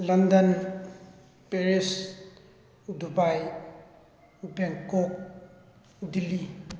London Paris Dubai Bangkok Delhi